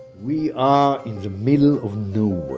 we are in the middle of nowhere.